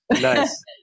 nice